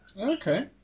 Okay